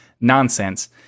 nonsense